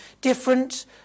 different